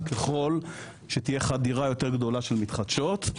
ככל שתהיה חדירה יותר גדולה של מתחדשות,